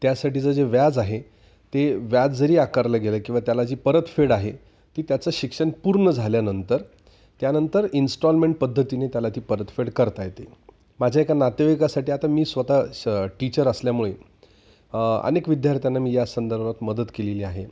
त्यासाठीचं जे व्याज आहे ते व्याज जरी आकारलं गेलं किंवा त्याला जी परतफेड आहे ती त्याचं शिक्षण पूर्ण झाल्यानंतर त्यानंतर इन्स्टॉलमेंट पद्धतीने त्याला ती परतफेड करता येते माझ्या एका नातेवाईकासाठी आता मी स्वत स टीचर असल्यामुळे अनेक विद्यार्थ्यांना मी या संदर्भात मदत केलेली आहे